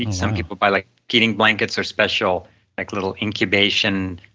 some people by like heating blankets or special like little incubation